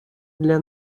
для